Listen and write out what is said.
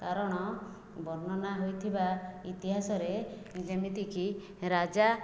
କାରଣ ବର୍ଣ୍ଣନା ହୋଇଥିବା ଇତିହାସରେ ଯେମିତି କି ରାଜା